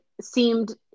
seemed